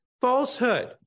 falsehood